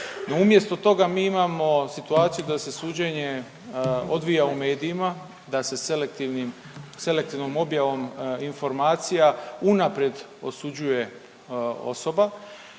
umjesto toga mi imamo situaciju da se suđenje odvija u medijima, da se selektivnim, selektivnom objavom informacija unaprijed osuđuje osoba.